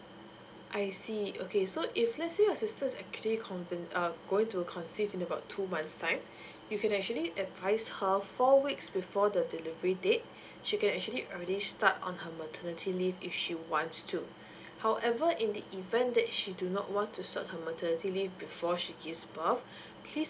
I see okay so if let's say your sisters actually convin~ uh going to conceive in about two months time you can actually advise her four weeks before the delivery date she can actually already start on her maternity leave if she wants to however in the event that she does not want to start her maternity leave before she gives birth please